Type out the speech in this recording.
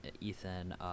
Ethan